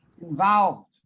involved